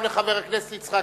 ואחריו, לחבר הכנסת יצחק